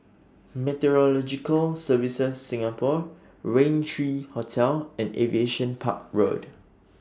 Meteorological Services Singapore Raintr three Hotel and Aviation Park Road